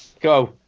Go